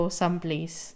someplace